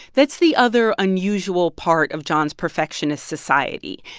that's the other unusual part of john's perfectionist society.